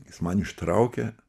jis man ištraukia